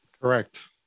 Correct